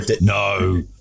No